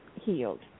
healed